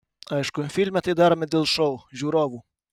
aišku filme tai darome dėl šou žiūrovų